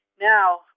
Now